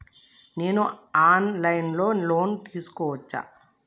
నేను online లో loan తీసుకోవచ్చా?